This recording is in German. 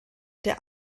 der